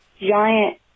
giant